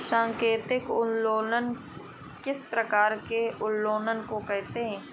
सांकेतिक उत्तोलन किस प्रकार के उत्तोलन को कहते हैं?